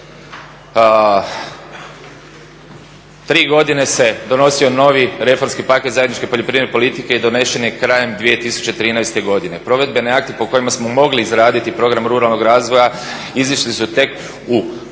Tri godine se donosio novi reformski paket zajedničke poljoprivredne politike i donesen je krajem 2013. godine. Provedbene akte po kojima smo mogli izraditi Program ruralnog razvoja izišli su tek u travnju